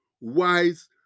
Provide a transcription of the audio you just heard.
wise